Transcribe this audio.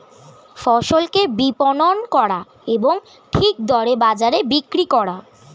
ফসলকে বিপণন করা এবং ঠিক দরে বাজারে বিক্রি করা